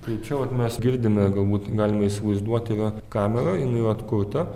tai čia vat mes girdime galbūt galime įsivaizduoti yra kamera jinai yra atkurta